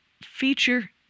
feature